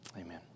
Amen